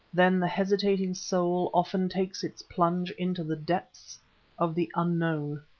then the hesitating soul often takes its plunge into the depths of the unknown.